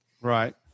right